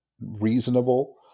reasonable